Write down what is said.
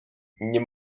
nie